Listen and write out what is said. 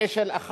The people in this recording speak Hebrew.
ואשל אחד